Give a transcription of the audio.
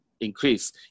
increase